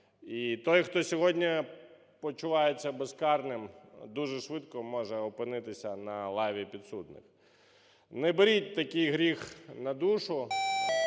І той, хто сьогодні почувається безкарним, дуже швидко може опинитися на лаві підсудних. Не беріть такий гріх на душу.